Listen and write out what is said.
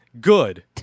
Good